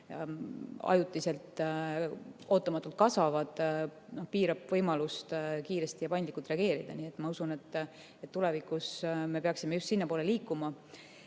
ajutiselt ootamatult kasvavad, võimalust kiiresti ja paindlikult reageerida. Nii et ma usun, et tulevikus me peaksime just sinnapoole liikuma.